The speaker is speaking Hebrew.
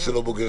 הכנתי